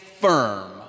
firm